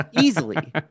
easily